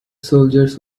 soldiers